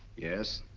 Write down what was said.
yes,